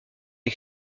des